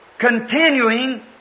continuing